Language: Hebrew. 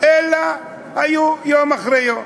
הן היו יום אחרי יום.